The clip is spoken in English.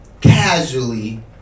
casually